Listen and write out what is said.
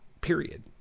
Period